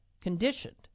conditioned